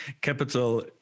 capital